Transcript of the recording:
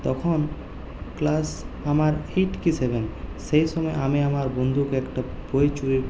তখন ক্লাস আমার এইট কি সেভেন সেই সময়ে আমি আমার বন্ধুকে একটা বই চুরির